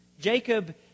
Jacob